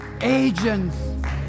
agents